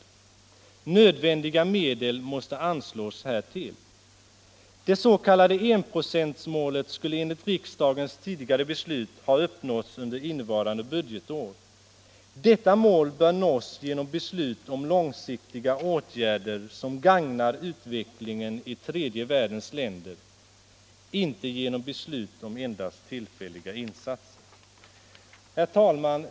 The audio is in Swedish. Erforderliga medel måste anslås härtill. Det s.k. enprocentsmålet skulle enligt riksdagens tidigare beslut ha uppnåtts under innevarande budgetår. Detta mål bör nås genom beslut om långsiktiga åtgärder som gagnar utvecklingen i tredje världens länder, inte genom beslut om endast tillfälliga insatser. Herr talman!